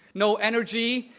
no energy,